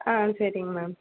ஆ சரிங்க மேம்